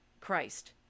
christ